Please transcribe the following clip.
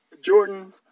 Jordan